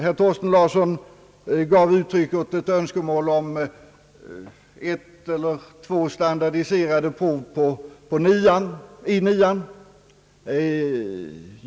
Herr Thorsten Larsson gav uttryck åt ett önskemål om ett eller två standardprov i 9:an.